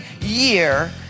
year